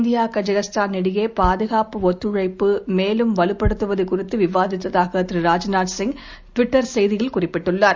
Kazakhstan இடையே பாதுகாப்பு ஒத்துழைப்பு மேலும் வலுப்படுத்துவது குறித்து இந்தியா விவாதித்ததாக திரு ராஜ்நாத்சிங் டுவிட்டர் செய்தியில் குறிப்பிட்டுள்ளார்